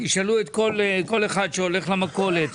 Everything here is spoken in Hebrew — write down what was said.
תשאלו כל אחד שהולך למכולת.